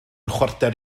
chwarter